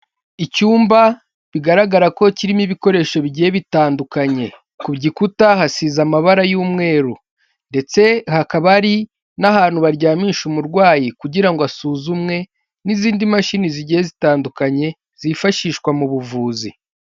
Icyumba bigaragara ko kirimo ibikoresho bigiye bitandukanye, ku gikuta hasize amabara y'umweru ndetse hakaba hari n'ahantu baryamisha umurwayi kugira ngo asuzumwe n'izindi mashini zigiye zitandukanye, zifashishwa mu buvuzi.